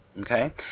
okay